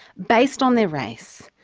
based on their race,